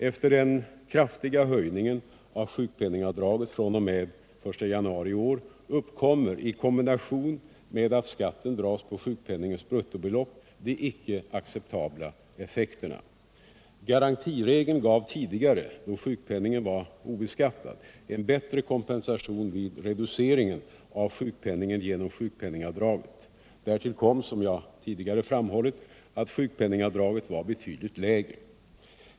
Efter den kraftiga höjningen av sjukpenningavdraget fr.o.m. den 1 januari i år uppkommer, i kombination med att skatten dras på sjukpenningens bruttobelopp, de icke acceptabla effekterna. Garantiregeln gav tidigare, då sjukpenningen var obeskattad, en bättre kompensation vid reduceringen av sjukpenningen genom sjukpenningavdraget. Därtill kom, som jag tidigare framhållit, att sjukpenningavdraget var betydligt lägre.